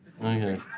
Okay